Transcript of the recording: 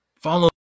Follow